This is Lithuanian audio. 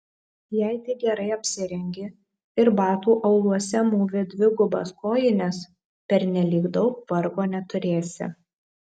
jei tik gerai apsirengi ir batų auluose mūvi dvigubas kojines pernelyg daug vargo neturėsi